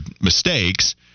mistakes